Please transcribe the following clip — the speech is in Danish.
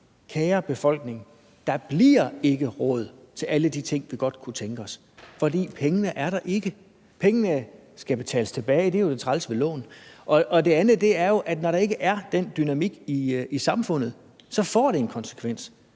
Kære befolkning, der bliver ikke råd til alle de ting, vi godt kunne tænke os, fordi pengene ikke er der. Pengene skal betales tilbage; det er jo det trælse ved lån. Og det andet er jo, at når der ikke er den dynamik i samfundet, får det en konsekvens.